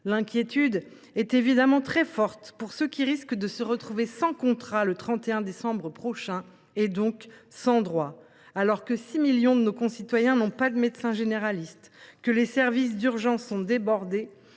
L’inquiétude est évidemment très forte pour ceux qui risquent de se retrouver sans contrat le 31 décembre prochain, donc sans droits. Alors que 6 millions de concitoyens n’ont pas de médecin généraliste, que les services d’urgences sont débordés,